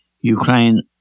Ukraine